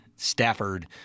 stafford